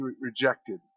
rejected